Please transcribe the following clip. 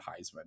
Heisman